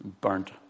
burnt